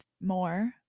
more